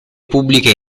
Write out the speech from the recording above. pubbliche